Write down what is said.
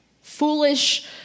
foolish